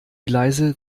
gleise